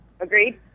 Agreed